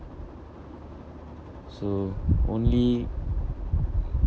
so only